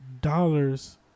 dollars